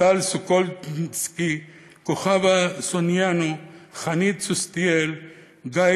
טל סוכודולסקי, כוכבה סונינו, חנית סוסתיאל, גיא